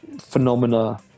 Phenomena